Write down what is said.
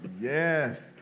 Yes